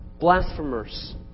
Blasphemers